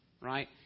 right